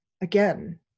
Again